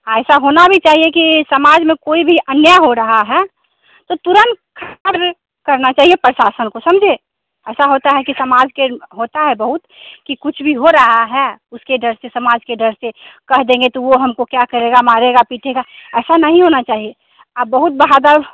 ऐसा होना भी चाहिए कि समाज में कोई भी अन्याय हो रहा है तो तुरंत करना चाहिए प्रशासन को समझे ऐसा होता है कि समाज के होता है बहुत कि कुछ भी हो रहा है उसके डर से समाज के डर से कह देंगे तो वो हमको क्या करेगा मारेगा पीटेगा ऐसा नहीं होना चाहिए आप बहुत बहादुर